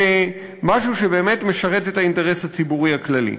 כמשהו שבאמת משרת את האינטרס הציבורי הכללי.